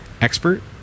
Expert